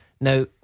Now